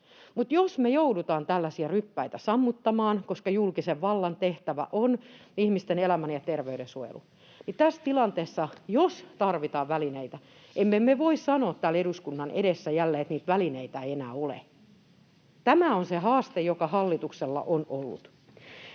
jos me joudutaan tällaisia ryppäitä sammuttamaan, niin koska julkisen vallan tehtävä on ihmisten elämän ja terveyden suojelu, tässä tilanteessa, jos tarvitaan välineitä, emme me voi sanoa täällä eduskunnan edessä jälleen, että niitä välineitä ei enää ole. Tämä on se haaste, joka hallituksella on ollut.